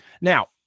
now